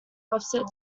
offset